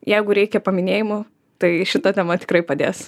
jeigu reikia paminėjimo tai šita tema tikrai padės